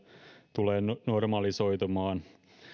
tulee normalisoitumaan